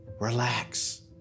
Relax